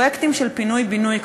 הפרויקטים של פינוי-בינוי,